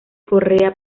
correa